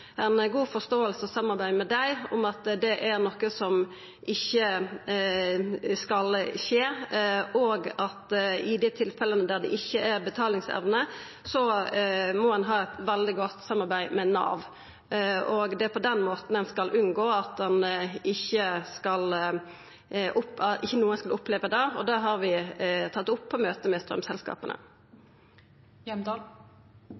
god forståing av at det er noko som ikkje skal skje, og at i dei tilfella der det ikkje er betalingsevne, må ein ha eit veldig godt samarbeid med Nav. Det er på den måten ein skal unngå at nokon opplever det, og det har vi tatt opp på møte med